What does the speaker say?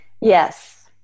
Yes